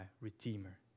redeemer